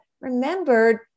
remembered